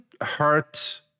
hurt